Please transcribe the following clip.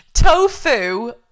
Tofu